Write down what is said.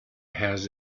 has